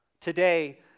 Today